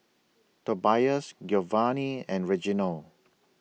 Tobias Giovanny and Reginal